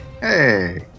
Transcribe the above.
hey